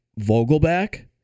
Vogelback